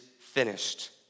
finished